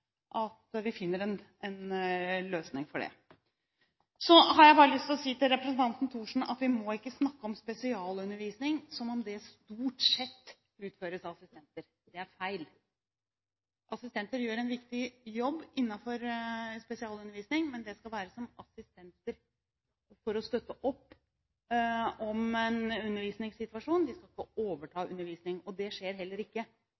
finner en løsning. Så har jeg bare lyst til å si til representanten Thorsen at vi ikke må snakke om spesialundervisning som om det «stort sett» utføres av assistenter. Det er feil. Assistenter gjør en viktig jobb innenfor spesialundervisning, men det skal være som assistenter for å støtte opp om en undervisningssituasjon. De skal ikke overta undervisning. Det skjer heller ikke,